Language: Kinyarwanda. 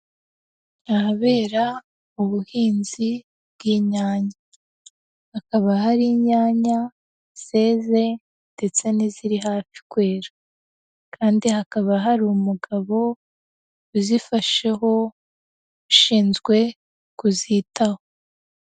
Ahabera ubuhinzi bw'inyanya, hakaba hari inyanya zeze ndetse n'iziri hafi kwera kandi hakaba hari umugabo uzifasheho ushinzwe kuzitaho.